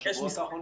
מהשבועות האחרונים?